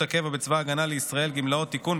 עקב הזדהות עם מעשה טרור או עם ארגון טרור (תיקוני חקיקה),